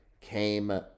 came